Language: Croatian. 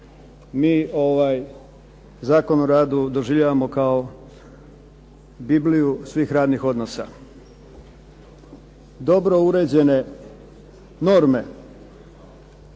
što mi Zakon o radu doživljavamo kao Bibliju svih radnih odnosa. Dobro uređene norme